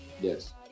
Yes